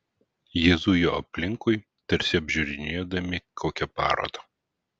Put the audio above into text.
jie zujo aplinkui tarsi apžiūrinėdami kokią parodą